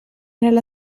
nella